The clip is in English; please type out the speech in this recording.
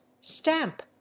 stamp